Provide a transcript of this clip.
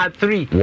three